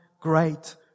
great